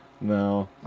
No